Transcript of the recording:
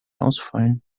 ausfallen